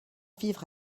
vivre